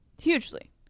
Hugely